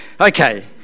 Okay